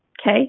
okay